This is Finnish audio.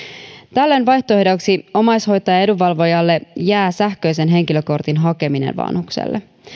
tällöin vaihtoehdoiksi omaishoitaja edunvalvojalle jää sähköisen henkilökortin hakeminen vanhukselle